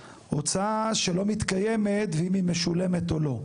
הוצאה שלא מתקיימת ואם היא משולמת או לא.